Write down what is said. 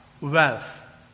wealth